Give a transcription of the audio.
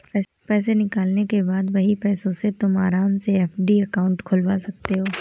पैसे निकालने के बाद वही पैसों से तुम आराम से एफ.डी अकाउंट खुलवा सकते हो